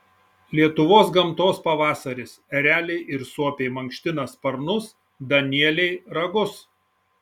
lietuvos gamtos pavasaris ereliai ir suopiai mankština sparnus danieliai ragus